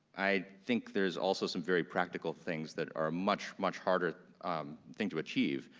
i think there's also some very practical things that are much, much harder thing to achieve,